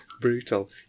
Brutal